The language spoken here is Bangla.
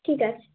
ঠিক আছে